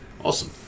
awesome